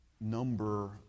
number